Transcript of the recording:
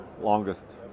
longest